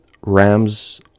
Rams